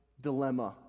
dilemma